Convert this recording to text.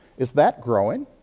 is that growing?